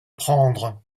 prendre